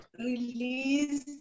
Release